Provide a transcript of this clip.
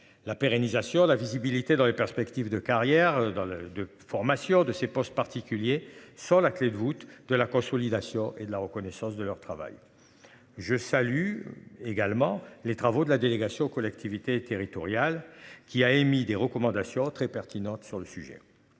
la pérennisation la visibilité dans les perspectives de carrière dans le de formation de ces postes particuliers sans la clé de voûte de la consolidation et de la reconnaissance de leur travail. Je salue également les travaux de la délégation aux collectivités territoriales qui a émis des recommandations très pertinente sur le sujet.